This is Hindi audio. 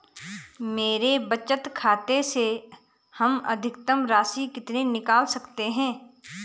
मेरे बचत खाते से हम अधिकतम राशि कितनी निकाल सकते हैं?